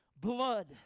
blood